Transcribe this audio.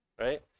right